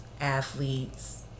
athletes